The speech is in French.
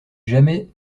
jamais